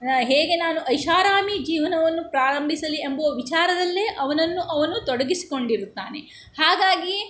ಹೇಗೆ ನಾನು ಐಷಾರಾಮಿ ಜೀವನವನ್ನು ಪ್ರಾರಂಭಿಸಲಿ ಎಂಬುವ ವಿಚಾರದಲ್ಲೇ ಅವನನ್ನು ಅವನು ತೊಡಗಿಸಿಕೊಂಡಿರುತ್ತಾನೆ ಹಾಗಾಗಿ